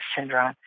syndrome